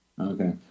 Okay